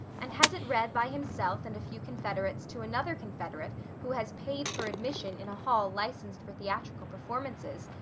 and has it read by himself and a few confederates to another confederate who has paid for admission in a hall licensed for theatrical performances,